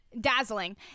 Dazzling